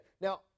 Now